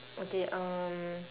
okay um